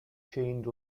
chained